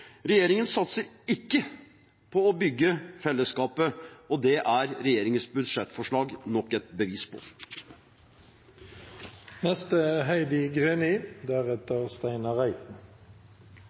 Regjeringen satser ikke på å bygge fellesskapet. Det er regjeringens budsjettforslag nok et bevis